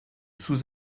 sous